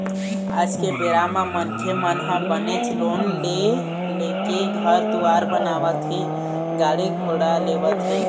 आज के बेरा म मनखे मन ह बनेच लोन ले लेके घर दुवार बनावत हे गाड़ी घोड़ा लेवत हें